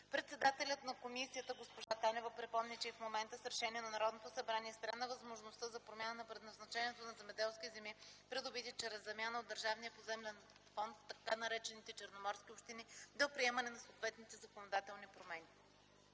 Председателят на комисията госпожа Танева припомни, че и в момента с решение на Народното събрание е спряна възможността за промяна на предназначението на земеделски земи, придобити чрез замяна от държавния поземлен фонд в така наречените черноморски общини, до приемане на съответните законодателни промени.